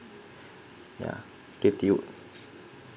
ya twentieth